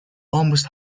almost